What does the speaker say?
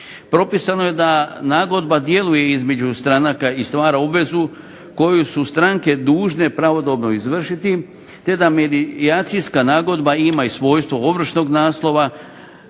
Propisano je da nagodba djeluje između stranka i stvara obvezu koju su stranke dužne pravodobno izvršiti te da medijacijska nagodba ima i svojstvo ovršnog naslova